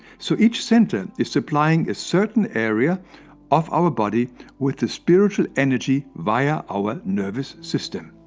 so each center is suppling a certain area of our body with the spiritual energy via our nervous system.